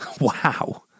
Wow